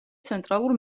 ცენტრალურ